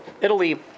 Italy